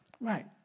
Right